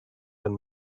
and